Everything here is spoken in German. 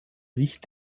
sich